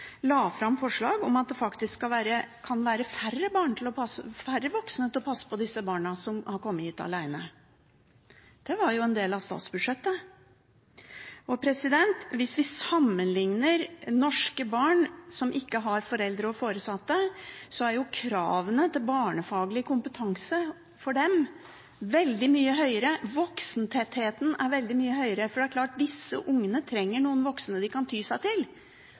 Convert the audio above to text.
la fram forslag om at det faktisk kan være færre voksne til å passe på de barna som har kommet hit alene. Det var jo en del av statsbudsjettet. Hvis vi sammenligner med norske barn som ikke har foreldre og foresatte, er kravene til barnefaglig kompetanse for dem veldig mye høyere – voksentettheten er veldig mye høyere. Men det er klart at også disse barna trenger noen voksne de kan ty til,